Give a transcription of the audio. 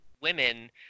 women